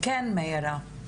מאירה.